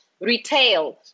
retail